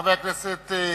חבר הכנסת כץ,